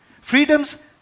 Freedom's